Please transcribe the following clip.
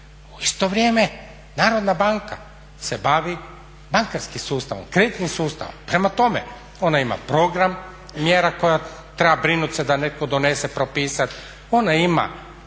U isto vrijeme Narodna banka se bavi bankarskim sustavom, kreditnim sustavom, ona ima program mjera koja treba brinut se da netko donese propisat,